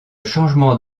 changement